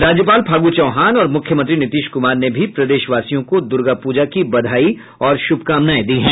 राज्यपाल फागू चौहान और मुख्यमंत्री नीतीश कुमार ने भी प्रदेशवासियों को दुर्गा पूजा की बधाई और शुभकामनाएं दी हैं